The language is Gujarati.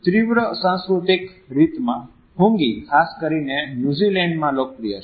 તીવ્ર સાંસ્કૃતિક રીતમાં હોંગી ખાસ કરીને ન્યુઝિલેન્ડમાં લોકપ્રિય છે